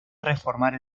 reformar